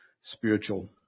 spiritual